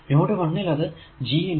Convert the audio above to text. node 1 ൽ അത് G